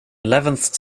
eleventh